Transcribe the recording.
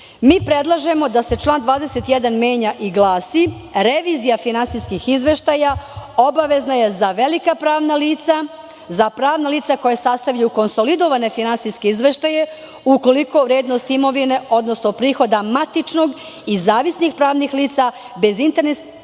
predlažemo da se član 21. menja i glasi – revizija finansijskih izveštaja obavezna je za velika pravna lica, za pravna lica koja sastavljaju konsolidovane finansijske izveštaje ukoliko vrednost imovine, odnosno prihoda matičnog i zavisnih pravnih lica bez internih